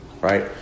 right